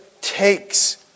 takes